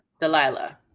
Delilah